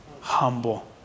Humble